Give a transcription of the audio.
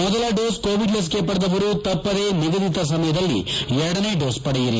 ಮೊದಲ dose Covid ಲಸಿಕೆ ಪಡೆದವರು ತಪ್ಪದೆ ನಿಗದಿತ ಸಮಯದಲ್ಲಿ ಎರಡನೇ ಡೋಸ್ ಪಡೆಯಿರಿ